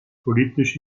politisch